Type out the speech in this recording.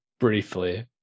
Briefly